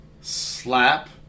slap